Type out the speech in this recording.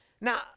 Now